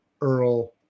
Earl